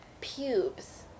Pubes